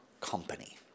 company